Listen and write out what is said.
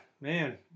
man